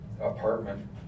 apartment